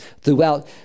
Throughout